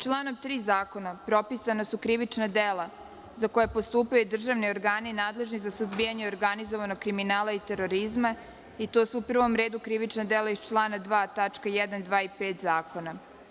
Članom 3. zakona propisana su krivična dela za koja postupaju državni organi nadležni za suzbijanje organizovanog kriminala i terorizma i to su u prvom redu krivična dela iz člana 2. tačka 1,2. i 5. zakona.